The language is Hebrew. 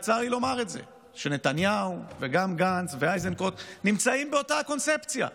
וצר לי לומר את שנתניהו וגם גנץ ואיזנקוט נמצאים באותה קונספציה,